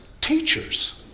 teachers